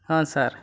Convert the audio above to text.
ಹಾಂ ಸರ್